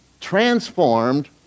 transformed